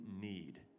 need